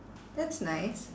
that's nice